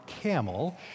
camel